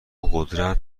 قدرت